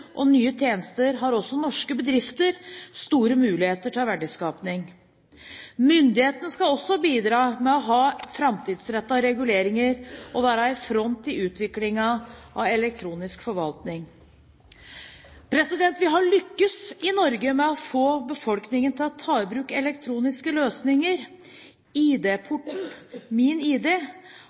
og nye tjenester har også norske bedrifter store muligheter til verdiskaping. Myndighetene skal også bidra med å ha framtidsrettede reguleringer og ved å være i front i utviklingen av elektronisk forvaltning. Vi i Norge har lyktes med å få befolkningen til å ta i bruk elektroniske løsninger.